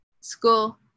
school